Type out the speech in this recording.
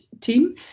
team